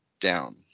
down